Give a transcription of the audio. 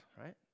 right